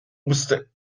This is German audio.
musste